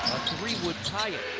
three would tie it.